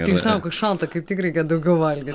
tai sako kai šalta kaip tik reikia daugiau valgyt